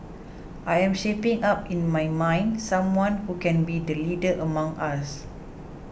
I am shaping up in my mind someone who can be the leader among us